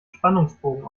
spannungsbogen